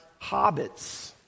hobbits